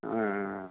ஆ ஆ ஆ ஆ